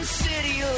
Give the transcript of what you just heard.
city